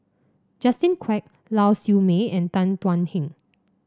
Justin Quek Lau Siew Mei and Tan Thuan Heng